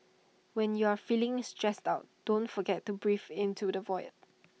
when you are feeling stressed out don't forget to breathe into the void